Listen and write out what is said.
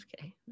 Okay